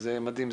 זה מדהים,